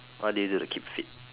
what do you do to keep fit